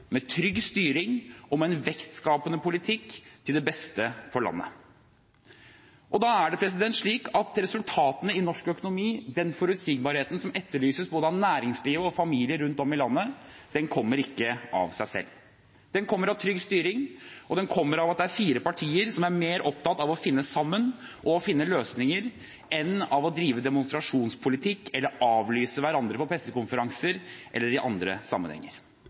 med trygg styring og med en vekstskapende politikk til det beste for landet. Da er det slik at resultatene i norsk økonomi, den forutsigbarheten som etterlyses både av næringslivet og av familier rundt om i landet, ikke kommer av seg selv. Det kommer av trygg styring, og det kommer av at det er fire partier som er mer opptatt av å finne sammen og finne løsninger, enn av å drive demonstrasjonspolitikk eller avlyse hverandres pressekonferanser eller i andre sammenhenger.